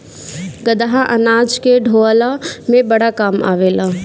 गदहा अनाज के ढोअला में बड़ा काम आवेला